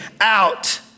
out